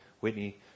Whitney